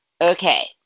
Okay